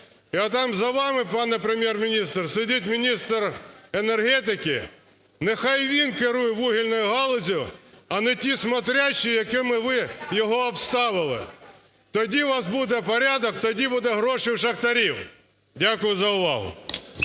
І отам, за вами, пане Прем'єр-міністр, сидить міністр енергетики. Нехай він керує вугільною галуззю, а не ті "смотрящіє", якими ви його обставили. Тоді у вас буде порядок, тоді будуть гроші у шахтарів. Дякую за увагу.